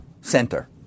center